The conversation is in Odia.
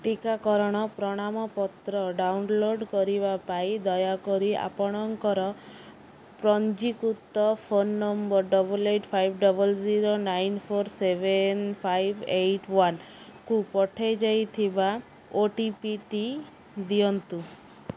ଟିକାକରଣ ପ୍ରଣାମପତ୍ର ଡାଉନଲୋଡ଼୍ କରିବା ପାଇଁ ଦୟାକରି ଆପଣଙ୍କର ପଞ୍ଜୀକୃତ phone number double eight five double zero nine four seven five eight ୱାନ୍କୁ ପଠାଯାଇଥିବା ଓଟିପିଟି ଦିଅନ୍ତୁ